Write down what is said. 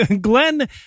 Glenn